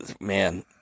man